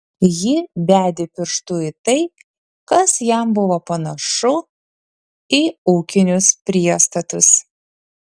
ji bedė pirštu į tai kas jam buvo panašu į ūkinius priestatus